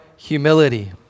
humility